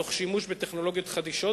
בשימוש בטכנולוגיות חדישות,